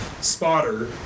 spotter